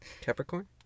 Capricorn